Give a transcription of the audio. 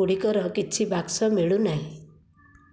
ଗୁଡ଼ିକର କିଛି ବାକ୍ସ ମିଳୁନାହିଁ